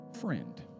friend